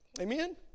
Amen